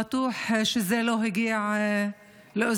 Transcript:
ובטוח שהוא לא הגיע לאוזניכם.